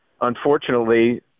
unfortunately